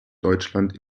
deutschland